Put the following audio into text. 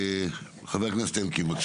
חבר הכנסת אלקין, בבקשה.